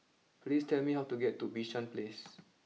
please tell me how to get to Bishan place